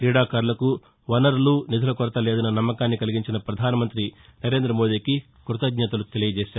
క్రీడాకారులకు వనరులు నిధుల కొరత లేదన్న నమ్మకాన్ని కలిగించిన ప్రధాన మంత్రి నరేంద మోదీకి కృతజ్ఞతలు తెలియజేశారు